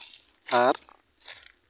ᱟᱨ